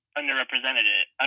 underrepresented